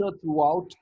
throughout